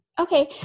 Okay